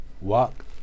Walk